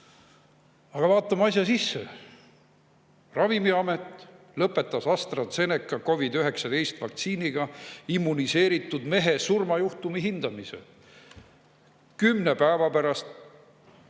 Aga vaatame asja sisse. Ravimiamet lõpetas AstraZeneca COVID‑19 vaktsiiniga immuniseeritud mehe surmajuhtumi hindamise. Kümme päeva pärast